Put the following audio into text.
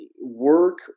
work